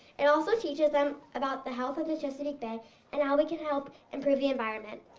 it also teaches them about the health of the chesapeake bay and how we can help improve the environment.